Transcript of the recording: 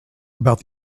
about